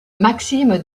maxime